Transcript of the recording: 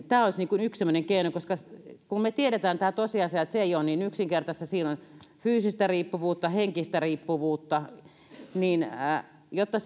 tämä olisi yksi keino kun me tiedämme tämän tosiasian että se ei ole niin yksinkertaista siinä on fyysistä riippuvuutta henkistä riippuvuutta niin jotta